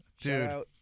Dude